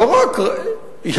לא רק יכול,